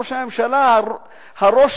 ראש הממשלה הראש